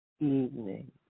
evening